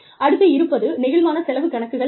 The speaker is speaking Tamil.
அடுத்து இருப்பது நெகிழ்வான செலவு கணக்குகள் ஆகும்